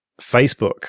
Facebook